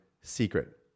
secret